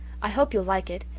i hope you'll like it.